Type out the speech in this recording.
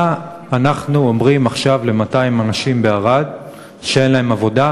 מה אנחנו אומרים עכשיו ל-200 אנשים בערד שאין להם עבודה?